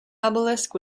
obelisk